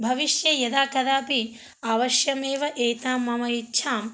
भविष्ये यदा कदापि अवश्यमेव एतां मम इच्छाम्